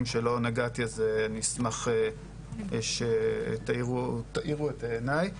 שבהם לא נגעתי אז אני אשמח שאתם תאירו את עיני.